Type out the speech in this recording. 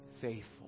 faithful